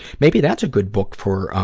maybe that's a good book for, ah,